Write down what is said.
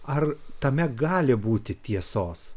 ar tame gali būti tiesos